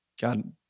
God